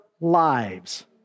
lives